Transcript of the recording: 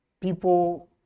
people